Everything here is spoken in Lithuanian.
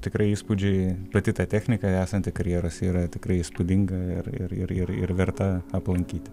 tikrai įspūdžiai pati ta technika esanti karjeruose yra tikrai įspūdinga ir ir ir ir ir verta aplankyti